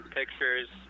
pictures